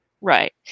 right